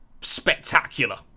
spectacular